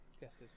guesses